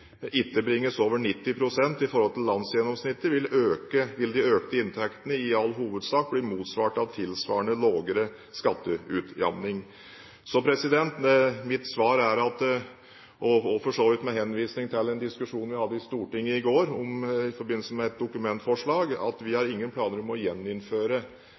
bringes over 90 pst. i forhold til landsgjennomsnittet, vil de økte inntektene i all hovedsak bli motsvart av tilsvarende lavere skatteutjevning. Mitt svar er, med henvisning til en diskusjon vi hadde i Stortinget i går i forbindelse med et dokumentforslag, at vi har ingen planer om å gjeninnføre